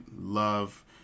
love